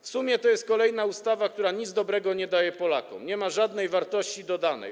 W sumie to jest kolejna ustawa, która niczego dobrego nie daje Polakom, nie ma żadnej wartości dodanej.